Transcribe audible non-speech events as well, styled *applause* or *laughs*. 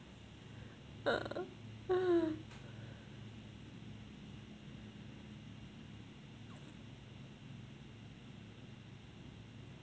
*laughs*